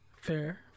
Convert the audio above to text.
Fair